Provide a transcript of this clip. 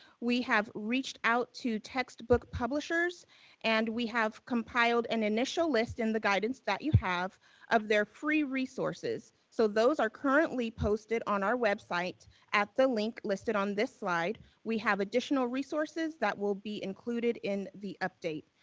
we have reached out to textbook publishers and we have compiled an initial list in the guidance that you have of their free resources. so those are currently posted on our website at the link listed on this slide. we have additional resources that will be included in the update.